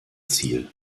ziel